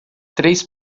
três